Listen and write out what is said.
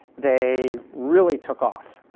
they really took off.